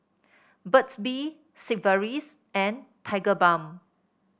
Burt's Bee Sigvaris and Tigerbalm